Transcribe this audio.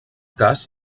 cas